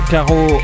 Caro